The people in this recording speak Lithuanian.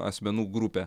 asmenų grupę